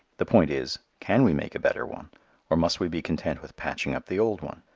the point is, can we make a better one or must we be content with patching up the old one?